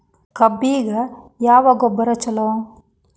ಕಬ್ಬಿಗ ಯಾವ ಗೊಬ್ಬರ ಛಲೋ?